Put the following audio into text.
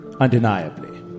Undeniably